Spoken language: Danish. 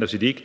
om det ikke